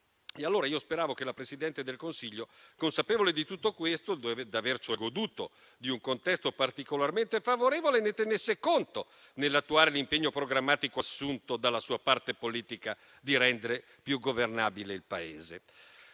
maggioranza. Io speravo che la Presidente del Consiglio, consapevole di tutto questo, di avere goduto di un contesto particolarmente favorevole, ne tenesse conto nell'attuare l'impegno programmatico, assunto dalla sua parte politica, di rendere più governabile il Paese.